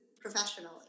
professionally